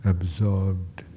Absorbed